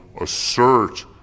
assert